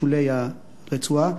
בשולי הרצועה,